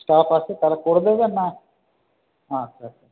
staff আছে তারা করে দেবে না আচ্ছা আচ্ছা